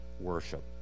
worship